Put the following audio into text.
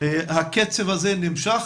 הקצב הזה נמשך,